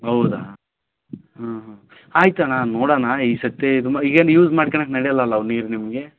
ಹೌದಾ ಹ್ಞೂ ಹ್ಞೂ ಆಯ್ತು ಅಣ್ಣ ನೋಡಣ್ಣ ಈ ಸರ್ತಿ ಇದು ಮ ಈಗೇನು ಯೂಸ್ ಮಾಡ್ಕಣಕ್ ನಡೆಯಲ್ಲಲ ಅವು ನೀರು ನಿಮಗೆ